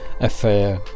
affair